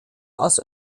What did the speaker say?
aus